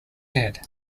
head